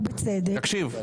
ובצדק,